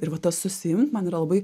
ir va tas susiimt man yra labai